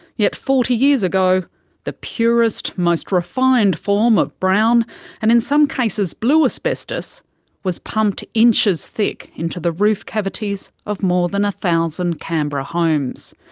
yet forty years ago the purest most refined form of brown and in some cases blue asbestos was pumped inches thick into the roof cavities of more than one thousand canberra homes.